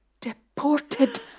deported